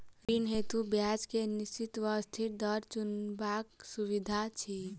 ऋण हेतु ब्याज केँ निश्चित वा अस्थिर दर चुनबाक सुविधा अछि